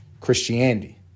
Christianity